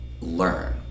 Learn